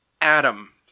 Adam